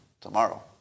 tomorrow